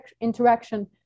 interaction